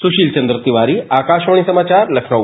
सुशील चन्द्र तिवारी आकाशवाणी समाचार लखनऊ